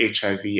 HIV